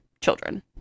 children